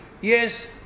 yes